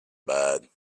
bad